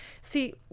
See